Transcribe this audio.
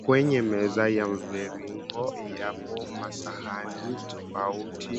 Kwenye meza ya mviringo, yapo masahani tofauti